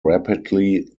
rapidly